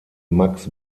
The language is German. max